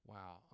Wow